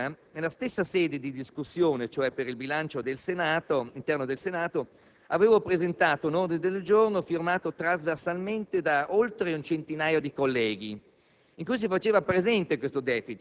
che nella scorsa legislatura, in sede di discussione del bilancio interno del Senato, avevo presentato un ordine del giorno firmato trasversalmente da oltre un centinaio di colleghi,